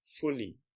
fully